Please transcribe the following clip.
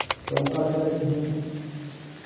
ᱛᱳ ᱚᱱᱠᱟ ᱞᱮᱠᱟᱛᱮ ᱛᱮᱦᱤᱧ